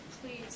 Please